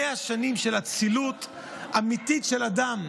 100 שנים של אצילות אמיתית של אדם,